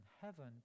heaven